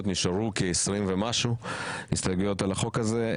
- נשארו כעשרים ומשהו הסתייגויות על החוק הזה.